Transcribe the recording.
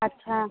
अच्छा